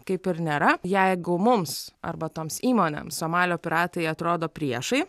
kaip ir nėra jeigu mums arba toms įmonėms somalio piratai atrodo priešai